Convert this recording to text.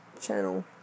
channel